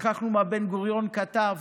שכחנו מה בן-גוריון כתב?